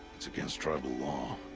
it's against tribal law.